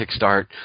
Kickstart